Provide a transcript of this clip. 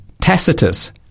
Tacitus